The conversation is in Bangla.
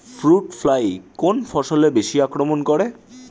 ফ্রুট ফ্লাই কোন ফসলে বেশি আক্রমন করে?